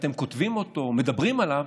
שכשאתם כותבים אותו או מדברים עליו,